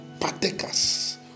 partakers